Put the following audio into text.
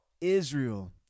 Israel